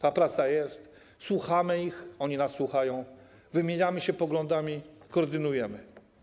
Jest praca, słuchamy ich, oni nas słuchają, wymieniamy się poglądami, koordynujemy.